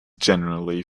generally